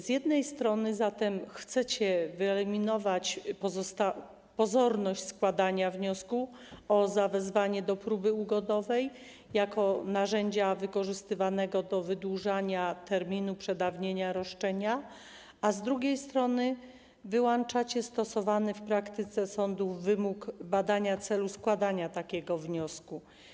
Z jednej strony zatem chcecie wyeliminować pozorność składania wniosku o zawezwanie do próby ugodowej jako narzędzia wykorzystywanego do wydłużania terminu przedawnienia roszczenia, a z drugiej strony wyłączacie stosowany w praktyce sądów wymóg badania celu składania takiego wniosku.